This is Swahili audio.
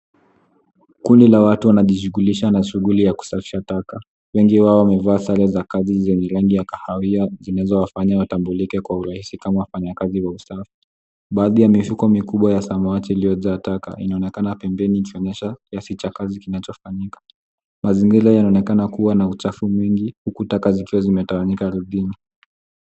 Kundi la watu wanajishughulisha na shughuli ya kusafisha taka. Wengi wao wamevaa sare za kazi zenye rangi ya kahawia zinazowafanya watambulike kwa urahisi kama wafanyakazi wa usafi. Baadhi ya mifuko mikubwa ya samawati iliyojaa taka inaonekana pembeni ikionyesha kiasi cha kazi kinachofanyika. Mazingira yanaonekana kuwa na uchafu mwingi huku taka zikiwazimetawanyika ardhini.